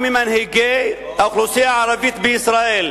ממנהיגי האוכלוסייה הערבית בישראל.